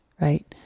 right